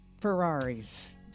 Ferraris